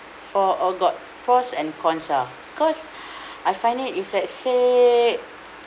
for all got pros and cons ah cause I find it if let's say